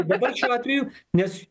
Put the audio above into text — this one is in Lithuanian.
dabar šiuo atveju nes